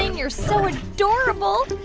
you're so adorable.